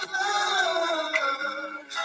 love